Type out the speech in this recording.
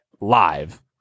live